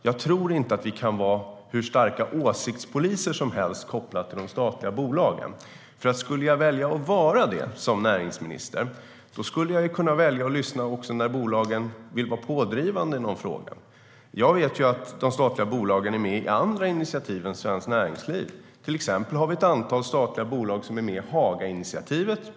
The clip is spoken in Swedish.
Jag tror inte att vi kan vara hur starka åsiktspoliser som helst kopplat till de statliga bolagen. Skulle jag som näringsminister välja att vara det skulle jag nämligen kunna välja att lyssna också när bolagen vill vara pådrivande i någon fråga. Jag vet ju att de statliga bolagen är med i andra initiativ än Svenskt Näringsliv. Till exempel har vi ett antal statliga bolag som är med i Hagainitiativet.